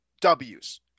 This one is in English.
W's